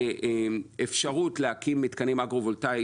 לאפשרות להקים מתקנים אגרו-וולטאים